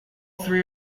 three